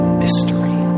mystery